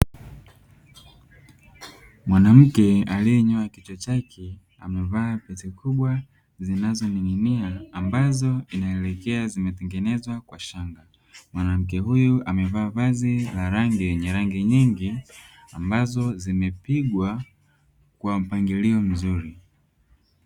Mwanamke aliyenyoa kichwa chake amevaa pete kubwa zinazoning'inia ambazo inaelekea zimetengenezwa kwa shanga, mwanamke huyu amevaa vazi la rangi yenye rangi nyingi ambazo zimepigwa kwa mpangilio mzuri.